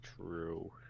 true